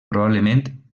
probablement